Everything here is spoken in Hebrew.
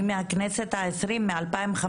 אני מהכנסת העשרים, מ-2015,